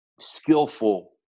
skillful